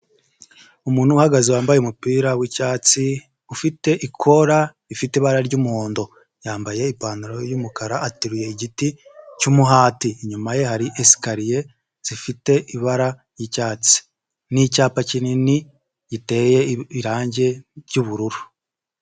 Umuntu uhagaze wambaye umupira w'icyatsi ufite ikora ifite ibara ry'umuhondo, yambaye ipantaro y'umukara ateruye igiti cy'umuhati, inyuma ye hari esikariye zifite ibara ry'icyatsi, n'icyapa kinini giteye irangi by'ubururu.